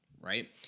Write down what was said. right